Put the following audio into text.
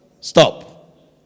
stop